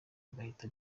agahita